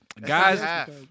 Guys